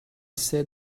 saved